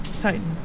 Titan